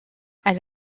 elle